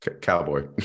cowboy